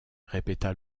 répéta